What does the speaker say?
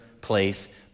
place